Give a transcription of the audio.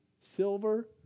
silver